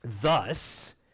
Thus